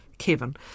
kevin